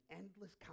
endless